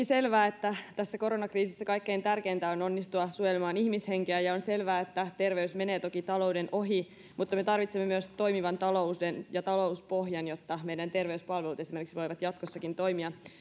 selvää että tässä koronakriisissä kaikkein tärkeintä on onnistua suojelemaan ihmishenkiä ja on selvää että terveys menee toki talouden ohi mutta me tarvitsemme myös toimivan talouden ja talouspohjan jotta esimerkiksi meidän terveyspalvelumme voivat jatkossakin toimia